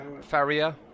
Farrier